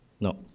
No